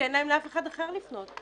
אין להם אף אחד אחר שהם יכולים לפנות אליו,